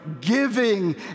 giving